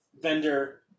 vendor